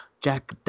Jack